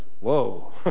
whoa